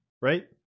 right